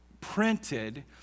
printed